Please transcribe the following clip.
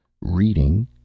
Reading